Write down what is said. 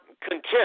contempt